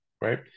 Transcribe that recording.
Right